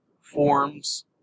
forms